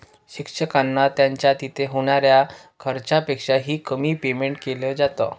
शिक्षकांना त्यांच्या तिथे होणाऱ्या खर्चापेक्षा ही, कमी पेमेंट केलं जात